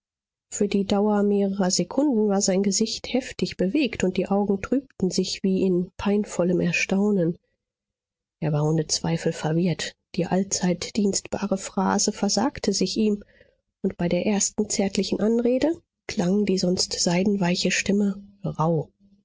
für die dauer mehrerer sekunden war sein gesicht heftig bewegt und die augen trübten sich wie in peinvollem erstaunen er war ohne zweifel verwirrt die allzeit dienstbare phrase versagte sich ihm und bei der ersten zärtlichen anrede klang die sonst seidenweiche stimme rauh